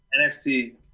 NXT